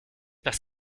parce